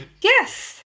yes